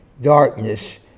darkness